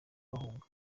bahunga